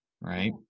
right